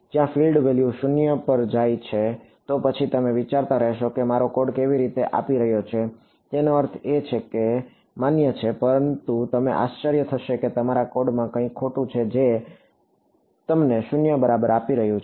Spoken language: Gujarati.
જ્યાં ફીલ્ડ વેલ્યુ 0 પર જાય છે તો પછી તમે વિચારતા રહેશો કે મારો કોડ કેવી રીતે આપી રહ્યો છે તેનો અર્થ એ છે કે તે માન્ય પણ છે પરંતુ તમને આશ્ચર્ય થશે કે તમારા કોડમાં કંઈક ખોટું છે જે તમને 0 બરાબર આપી રહ્યું છે